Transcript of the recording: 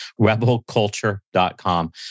rebelculture.com